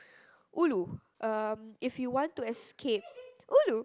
ulu um if you want to escape ulu